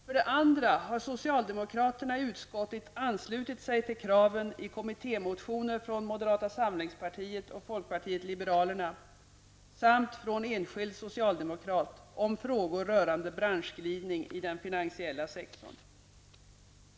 För det andra har socialdemokraterna i utskottet anslutit sig till kraven i kommittémotioner från moderata samlingspartiet och folkpartiet liberalerna samt från en enskild socialdemokrat om frågor rörande branschglidning i den finansiella sektorn.